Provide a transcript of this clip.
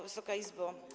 Wysoka Izbo!